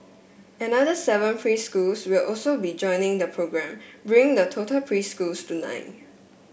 another seven preschools will also be joining the programme bringing the total preschools to nine